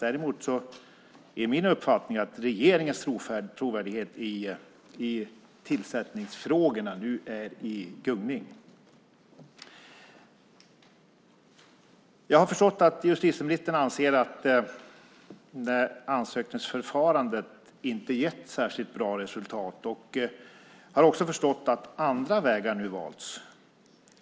Däremot är det min uppfattning att regeringens trovärdighet i tillsättningsfrågorna nu är i gungning. Jag har förstått att justitieministern anser att ansökningsförfarandet inte har gett särskilt bra resultat. Jag har också förstått att andra vägar nu valts.